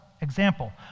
Example